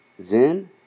Zen